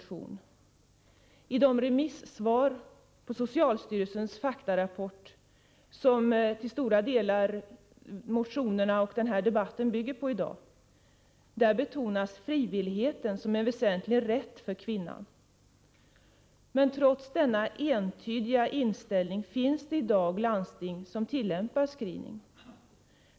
I de remissvar på socialstyrelsens faktarapport som motionerna och debatten i dag till stora delar bygger på betonas frivilligheten som en väsentlig rätt för kvinnan. Men trots denna entydiga inställning finns det i dag landsting som tillämpar screening.